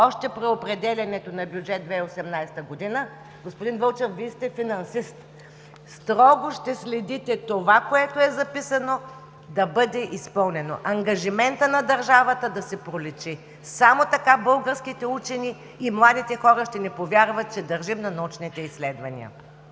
още при определянето на Бюджет 2018 г. Господин Вълчев, Вие сте финансист. Строго ще следите това, което е записано, да бъде изпълнено. Ангажиментът на държавата да си проличи – само така българските учени и младите хора ще ни повярват, че държим на научните изследвания.